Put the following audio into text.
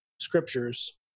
scriptures